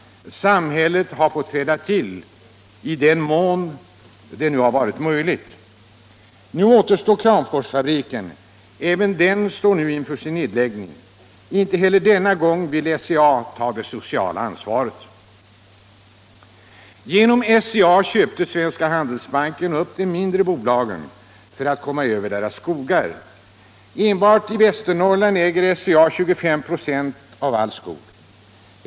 Samhället har fått träda till i den mån det nu har varit möjligt. Nu återstår Kramforsfabriken. Även den står inför sin nedläggning. Inte heller denna gång vill SCA ta det sociala ansvaret. Genom SCA köpte Svenska Handelsbanken upp de mindre bolagen för att komma över deras skogar. Enbart i Västernorrland äger SCA 25 96 av all skog.